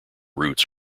roots